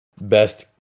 best